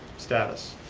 status.